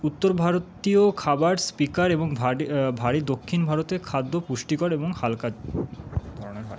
উত্তর ভারতীয় খাবার স্পিকার এবং ভারী দক্ষিণ ভারতে খাদ্য পুষ্টিকর এবং হালকা ধরণের হয়